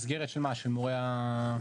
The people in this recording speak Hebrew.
מסגרת של מה, של מורי הדרך?